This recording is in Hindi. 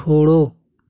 छोड़ो